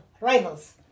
rivals